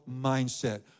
mindset